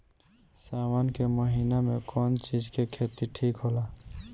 सावन के महिना मे कौन चिज के खेती ठिक होला?